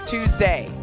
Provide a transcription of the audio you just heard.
Tuesday